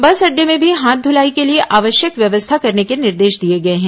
बस अड्डे में भी हाथ धुलाई के लिए आवश्यक व्यवस्था करने के निर्देश दिए गए हैं